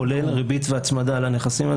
כולל ריבית והצמדה על הנכסים האלה.